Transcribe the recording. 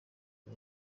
uyu